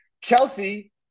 Chelsea